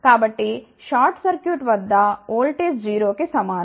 కాబట్టి short circuit వద్ద voltage 0 కి సమానం